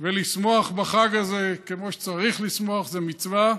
ולשמוח בחג הזה כמו שצריך לשמוח, זה מצווה.